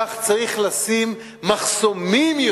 כך צריך לשים יותר מחסומים,